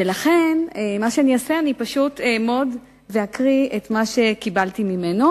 ולכן מה שאני אעשה הוא שאני פשוט אעמוד ואקרא את מה שקיבלתי ממנו.